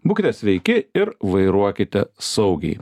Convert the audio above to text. būkite sveiki ir vairuokite saugiai